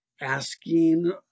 asking